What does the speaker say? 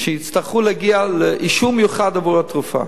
שיצטרכו להגיע לאישור מיוחד עבור התרופה.